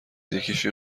یکیشون